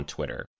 Twitter